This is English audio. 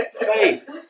faith